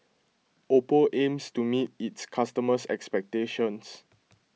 Oppo aims to meet its customers' expectations